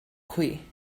queue